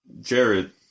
Jared